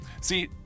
See